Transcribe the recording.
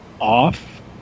off